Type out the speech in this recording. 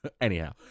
Anyhow